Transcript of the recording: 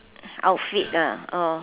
outfit ah orh